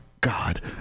God